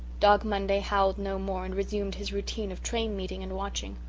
dog monday howled no more and resumed his routine of train meeting and watching.